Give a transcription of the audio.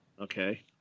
Okay